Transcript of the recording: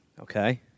Okay